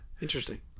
Interesting